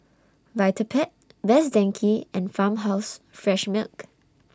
Vitapet Best Denki and Farmhouse Fresh Milk